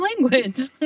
language